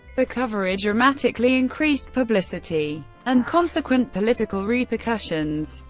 the coverage dramatically increased publicity and consequent political repercussions.